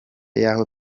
y’aho